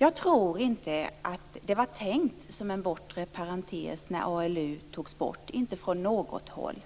Jag tror inte att det var tänkt som en bortre parentes när ALU togs bort, inte från något håll.